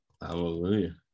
hallelujah